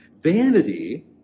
Vanity